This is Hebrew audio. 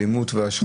אלימות והשחתה.